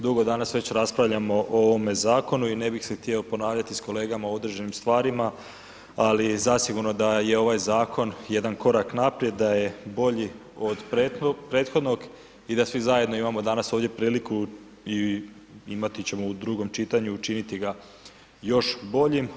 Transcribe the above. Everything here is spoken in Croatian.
Dugo danas već raspravljamo o ovome zakonu i ne bi se htio ponavljati s kolegama o određenim stvarima, ali zasigurno daje ovaj zakon jedan korak naprijed, da je bolji od prethodnog i da svi zajedno imamo danas priliku i imati ćemo u drugom čitanju učiniti ga još boljim.